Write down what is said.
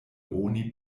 oni